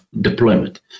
deployment